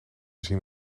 zien